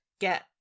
get